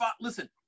listen